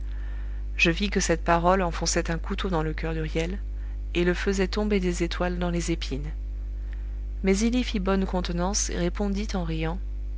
je vis que cette parole enfonçait un couteau dans le coeur d'huriel et le faisait tomber des étoiles dans les épines mais il y fît bonne contenance et répondit en riant